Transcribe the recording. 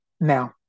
Now